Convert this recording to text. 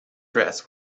dress